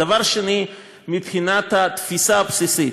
דבר שני, מבחינת התפיסה הבסיסית,